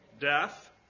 death